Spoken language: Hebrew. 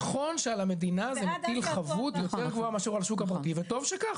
שזה נכון שעל המדינה זה מטיל חבות יותר מאשר על השוק הפרטי וטוב שכך,